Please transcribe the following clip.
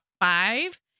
five